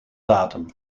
datum